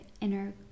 inner